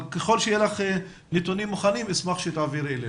ככל שיהיו לך נתונים מוכנים, אשמח שתעבירי אלינו.